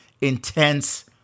intense